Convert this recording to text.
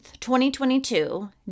2022